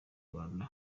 rwanda